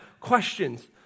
questions